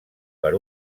per